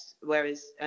whereas